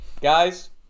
Guys